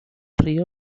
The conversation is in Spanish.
río